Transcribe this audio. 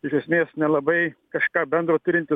iš esmės nelabai kažką bendro turinti